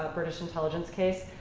ah british intelligence case.